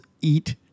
eat